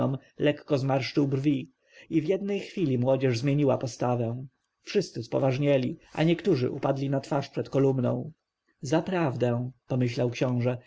lekko zmarszczył brwi i w jednej chwili młodzież zmieniła postawę wszyscy spoważnieli a niektórzy padli na twarz przed kolumną zaprawdę pomyślał książę